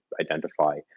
identify